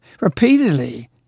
repeatedly